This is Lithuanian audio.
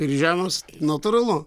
virš žemės natūralu